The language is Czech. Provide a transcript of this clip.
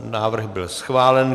Návrh byl schválen.